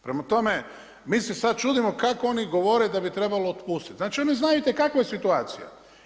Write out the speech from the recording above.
Prema tome, mi se sad čudimo kako oni govore da bi trebalo otpustiti, znači oni znaju itekako kakva je situacija.